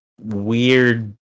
weird